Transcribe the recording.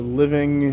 living